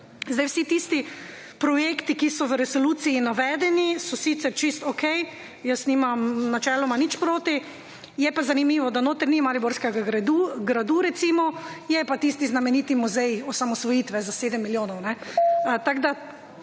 vedo. Vsi tisti projekti, ki so v resoluciji navedeni so sicer čisto okej, jaz nimam načeloma nič proti. Je pa zanimivo, da notri ni mariborskega gradu recimo, je pa tisti znameniti muzej osamosvojitve za 7 milijonov. Tako